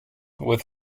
with